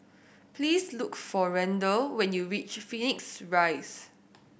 please look for Randel when you reach Phoenix Rise